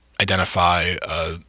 identify